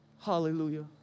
Hallelujah